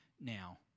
now